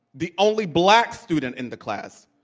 the only black student in the class,